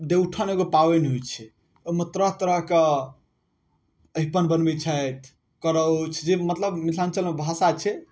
देवउठान एगो पाबनि होइ छै ओहिमे तरह तरहके अहिपन बनबै छथि करौछ जे मतलब मिथिलाञ्चलमे भाषा छै